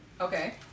Okay